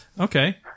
Okay